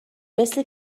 مثل